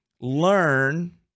learn